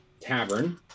tavern